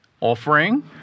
offering